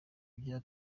bya